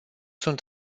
sunt